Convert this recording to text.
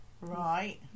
Right